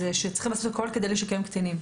היא שצריכים לעשות הכול כדי לשקם קטינים,